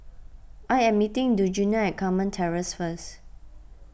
I am meeting Djuana at Carmen Terrace first